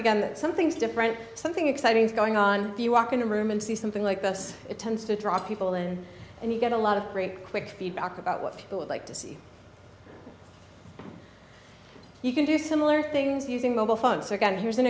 that something's different something exciting is going on you walk into a room and see something like this it tends to draw people in and you get a lot of great quick feedback about what people would like to see you can do similar things using mobile phones so again here's an